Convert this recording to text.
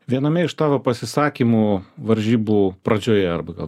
viename iš tavo pasisakymų varžybų pradžioje arba gal